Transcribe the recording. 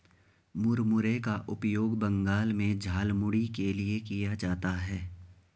मुरमुरे का उपयोग बंगाल में झालमुड़ी के लिए किया जाता है